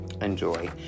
enjoy